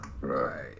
Right